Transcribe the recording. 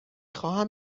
خواهم